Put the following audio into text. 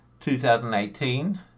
2018